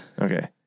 Okay